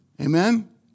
amen